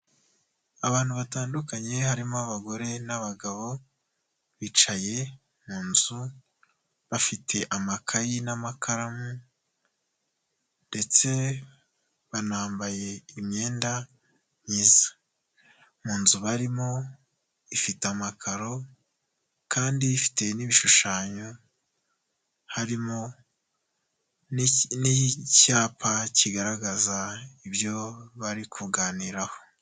Abantu batandukanye harimo abagore n'abagabo bicaye mu nzu bafite amakayi n'amakaramu ndetse banambaye imyenda myiza, mu nzu barimo ifite amakaro kandi ifite n'ibishushanyo, harimo n'icyapa kigaragaza ibyo bari kuganiraho.